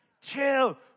Chill